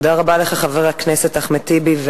תודה רבה לך, חבר הכנסת אחמד טיבי.